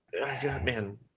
Man